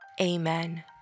Amen